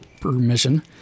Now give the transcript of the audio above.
permission